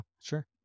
sure